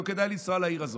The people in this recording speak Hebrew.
לא כדאי לנסוע לעיר הזאת.